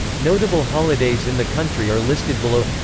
notable holidays in the country are listed below